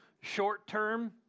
Short-term